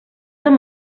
amb